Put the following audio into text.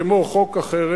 כמו חוק החרם,